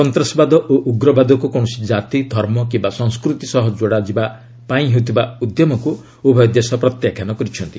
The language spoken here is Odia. ସନ୍ତାସବାଦ ଓ ଉଗ୍ରବାଦକୁ କୌଣସି ଜାତି ଧର୍ମ କିମ୍ବା ସଂସ୍କୃତି ସହ ଯୋଡ଼ାଯିବାପାଇଁ ହେଉଥିବା ଉଦ୍ୟମକୁ ଉଭୟ ଦେଶ ପ୍ରତ୍ୟାଖ୍ୟାନ କରିଛନ୍ତି